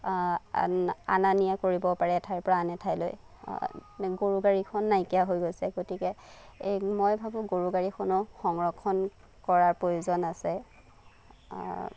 আনা আনা নিয়া কৰিব পাৰে এঠাইৰ পৰা আন এঠাইলৈ গৰু গাড়ীখন নাইকিয়া হৈ গৈছে গতিকে এই মই ভাবোঁ গৰু গাড়ীখনক সংৰক্ষণ কৰাৰ প্ৰয়োজন আছে